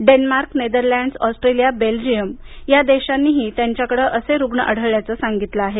Denmark Netherlands Australia Belgium या देशांनीही त्यांच्याकडे असे रुग्ण आढळल्याचं सांगितलं आहे